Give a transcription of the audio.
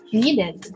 needed